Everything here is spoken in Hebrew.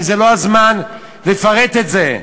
זה לא הזמן לפרט את זה,